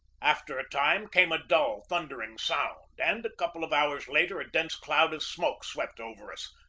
after a time came a dull, thundering sound, and a couple of hours later a dense cloud of smoke swept over us,